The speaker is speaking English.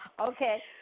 Okay